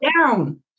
down